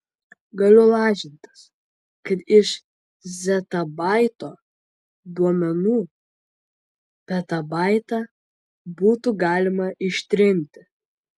galiu lažintis kad iš zetabaito duomenų petabaitą būtų galima ištrinti